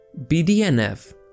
BDNF